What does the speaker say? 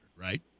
right